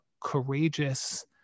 courageous